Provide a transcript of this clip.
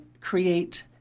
create